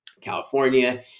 California